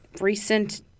recent